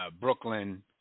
Brooklyn